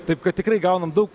taip kad tikrai gaunam daug